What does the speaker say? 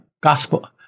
gospel